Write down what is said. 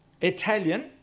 Italian